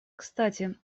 кстати